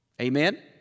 Amen